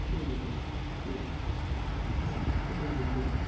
ٹھیک ہے ٹھیک ہے ٹھیک نہ جی بالکل بالکل